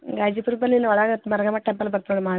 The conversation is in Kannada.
ಗಾಜಿಪುರ ಬಲ್ಲಿ ಇಲ್ಲಿ ಒಳಗೆ ಆತು ಮರಗಮ್ಮ ಟೆಂಪಲ್ ಬರ್ತದೆ ಮಹಾವೀರ ಚೌಕ